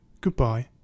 goodbye